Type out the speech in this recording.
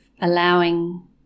allowing